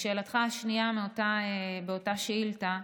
לשאלתך השנייה באותה שאילתה,